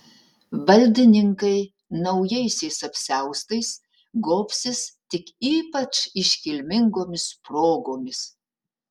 valdininkai naujaisiais apsiaustais gobsis tik ypač iškilmingomis progomis